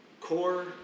core